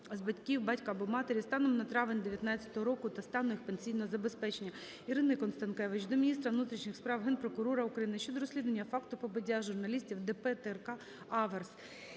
з батьків (батька або матері) станом на травень 2019 року та стану їх пенсійного забезпечення. Ірини Констанкевич до міністра внутрішніх справ, Генерального прокурора України щодо розслідування факту побиття журналістів ДП ТРК "Аверс".